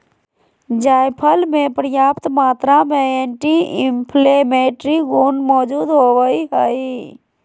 जायफल मे प्रयाप्त मात्रा में एंटी इंफ्लेमेट्री गुण मौजूद होवई हई